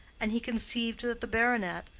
and he conceived that the baronet,